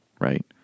right